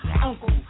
uncle